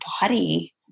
body